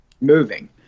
moving